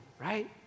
right